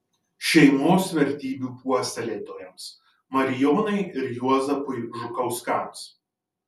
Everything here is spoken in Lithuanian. šeimos vertybių puoselėtojams marijonai ir juozapui žukauskams